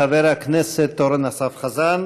חבר הכנסת אורן אסף חזן,